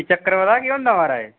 चक्कर पता केह् हुन्दा महाराज